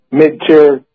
mid-tier